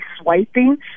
swiping